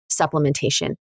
supplementation